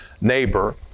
neighbor